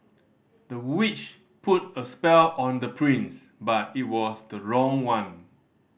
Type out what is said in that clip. the witch put a spell on the prince but it was the wrong one